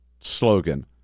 slogan